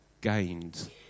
gained